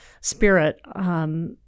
spirit